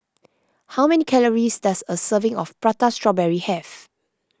how many calories does a serving of Prata Strawberry have